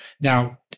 Now